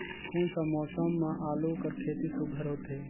कोन सा मौसम म आलू कर खेती सुघ्घर होथे?